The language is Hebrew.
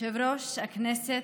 יושב-ראש הישיבה,